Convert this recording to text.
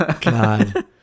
God